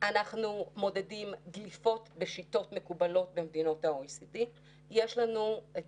שאנחנו מדברים על שיעורי סרטן, מדובר